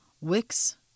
Wix